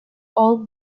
all